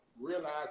realize